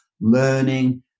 learning